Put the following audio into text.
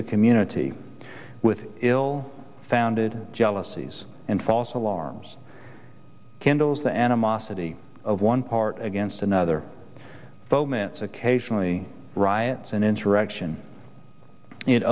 the community with ill founded jealousies and false alarms kindles the animosity of one part against another foments occasionally riots and insurrection it